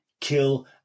kill